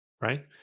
right